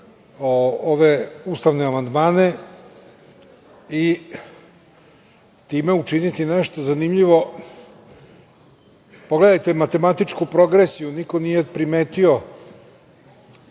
ove ustane amandmane i time učiniti nešto zanimljivo. Pogledajte matematičku progresiju, niko nije primetio